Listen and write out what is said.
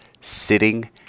sitting